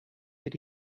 did